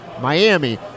Miami